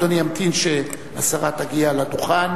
אדוני רק ימתין שהשרה תגיע לדוכן